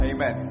Amen